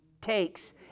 takes